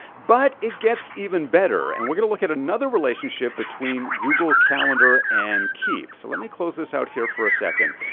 but it gets even better. and we're gonna look at another relationship between google calendar and keep. so let me close this out here for a second.